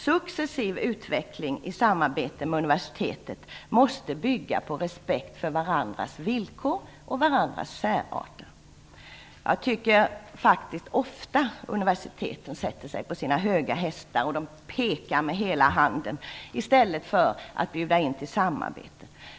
Successiv utveckling i samarbete med universiteten måste bygga på respekt för varandras villkor och särart. Jag tycker faktiskt att universiteten ofta sätter sig på sina höga hästar och pekar med hela handen i stället för att bjuda in till samarbete.